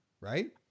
right